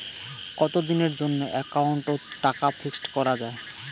কতদিনের জন্যে একাউন্ট ওত টাকা ফিক্সড করা যায়?